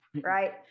right